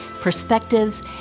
perspectives